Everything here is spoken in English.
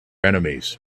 enemies